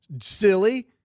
silly